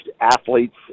athletes